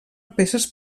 peces